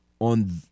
On